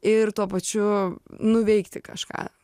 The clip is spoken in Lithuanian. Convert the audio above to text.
ir tuo pačiu nuveikti kažką